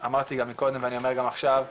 אמרתי גם מקודם ואני אגיד אומר גם עכשיו,